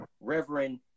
Reverend